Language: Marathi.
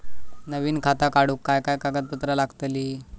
नवीन खाता काढूक काय काय कागदपत्रा लागतली?